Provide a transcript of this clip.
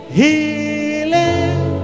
healing